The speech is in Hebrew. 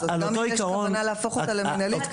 גם אם יש כוונה להפוך אותה למינהלית,